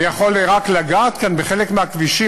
אני יכול רק לגעת כאן בחלק מהכבישים